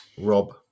Rob